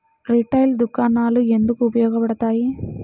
Retail దుకాణాలు ఎందుకు ఉపయోగ పడతాయి?